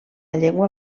llengua